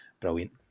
brilliant